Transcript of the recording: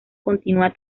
continúa